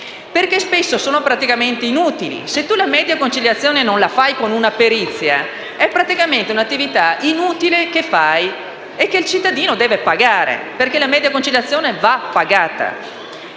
perché spesso sono praticamente inutili. Se la media conciliazione non la si fa con una perizia, praticamente l'attività svolta, che il cittadino deve pagare, perché la media conciliazione va pagata,